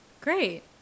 Great